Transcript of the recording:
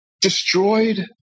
destroyed